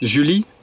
Julie